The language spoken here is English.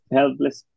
helpless